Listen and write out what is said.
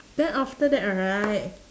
then after that right